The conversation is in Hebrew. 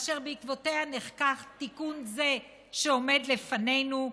אשר בעקבותיה נחקק תיקון זה שעומד לפנינו,